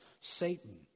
Satan